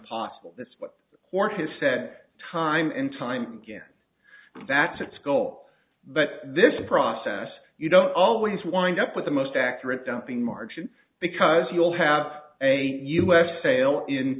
possible this or has said time and time again that's its goal but this process you don't always wind up with the most accurate dumping margin because you'll have a us fail in